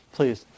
Please